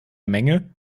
menge